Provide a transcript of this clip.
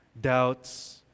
doubts